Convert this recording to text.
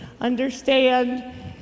understand